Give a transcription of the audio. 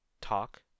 talk